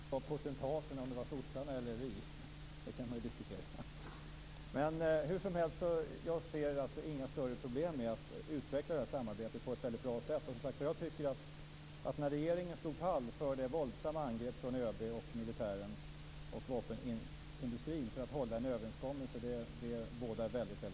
Fru talman! Frågan är om potentaten är sossarna eller vi. Det kan man ju diskutera. Hur som helst ser jag inga större problem med att utveckla samarbetet på ett bra sätt. När regeringen står pall för det våldsamma angreppet från ÖB, militären och vapenindustrin för att hålla en överenskommelse tycker jag att det bådar gott. Tack i övrigt för alla vänligheter!